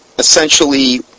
Essentially